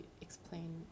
explain